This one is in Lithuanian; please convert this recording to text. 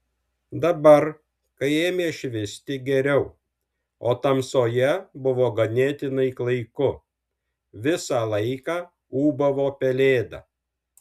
dabar kai ėmė švisti geriau o tamsoje buvo ganėtinai klaiku visą laiką ūbavo pelėda